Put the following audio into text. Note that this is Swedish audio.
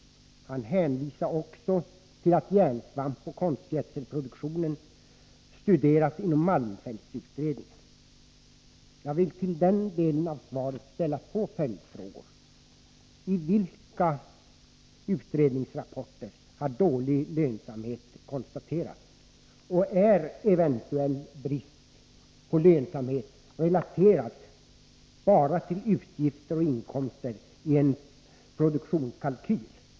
Han hänvisar också till att järnsvampoch konstgödselproduktionen studeras inom malmfältsutredningen. Jag vill till den delen av svaret ställa två följdfrågor: I vilka utredningsrapporter har dålig lönsamhet konstaterats? Och är eventuell brist på lönsamhet relaterad bara till utgifter och inkomster i en produktionskalkyl?